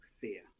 fear